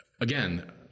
again